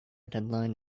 deadline